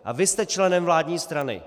A vy jste členem vládní strany.